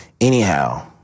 Anyhow